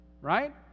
right